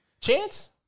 chance